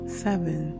seven